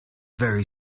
very